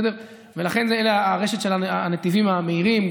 לכן הרשת של הנתיבים המהירים,